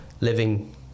living